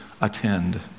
attend